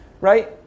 right